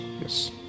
Yes